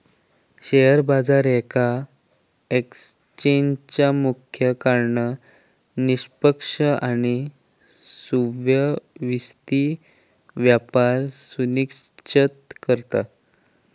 share बाजार येका एक्सचेंजचा मुख्य कार्य निष्पक्ष आणि सुव्यवस्थित व्यापार सुनिश्चित करता